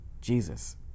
Jesus